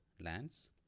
lands